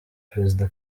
perezida